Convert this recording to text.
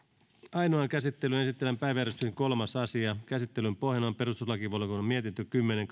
ainoaan käsittelyyn esitellään päiväjärjestyksen kolmas asia käsittelyn pohjana on perustuslakivaliokunnan mietintö kymmenen